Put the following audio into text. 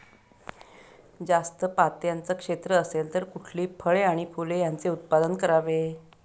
जास्त पात्याचं क्षेत्र असेल तर कुठली फळे आणि फूले यांचे उत्पादन करावे?